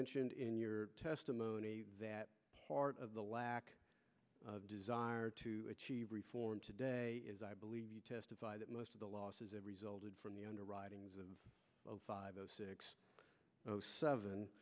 mentioned in your testimony that part of the lack of desire to achieve reform today is i believe you testified that most of the losses have resulted from the underwriting as of five zero six zero seven